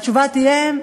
התשובה תהיה: